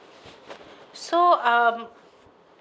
so uh